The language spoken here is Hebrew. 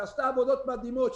שעשתה עבודות מדהימות,